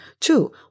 Two